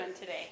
today